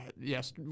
Yes